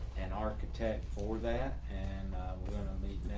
an architect for that and we're gonna meet